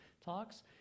talks